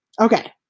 Okay